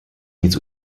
nic